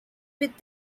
with